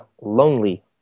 lonely